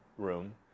room